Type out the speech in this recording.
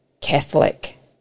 Catholic